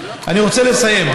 אני רוצה לסיים,